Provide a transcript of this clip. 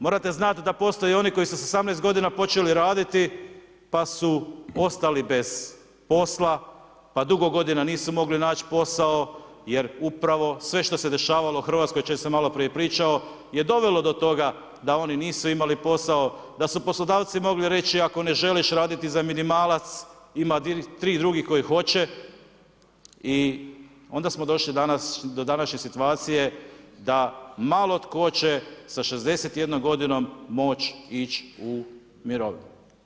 Morate znati da postoje oni koji su s 18 godina počeli raditi pa su ostali bez posla, pa dugo godina, nisu mogli naći posao jer upravo sve što se dešavalo u Hrvatskoj o čem sam maloprije pričao, je dovelo do toga da oni nisu imali posao, da su poslodavci mogli reći ako ne želiš raditi za minimalac, ima tri drugih kojih hoće i onda smo došli do današnje situacije da malo tko će sa 61 godinom moć ić u mirovinu.